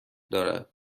دارد